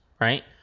right